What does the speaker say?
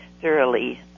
thoroughly